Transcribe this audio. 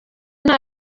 nta